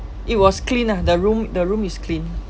it was clean lah the room the room is clean